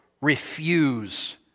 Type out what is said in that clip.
refuse